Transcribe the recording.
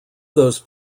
those